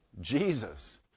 Jesus